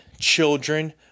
children